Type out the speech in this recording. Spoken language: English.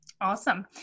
Awesome